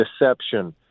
deception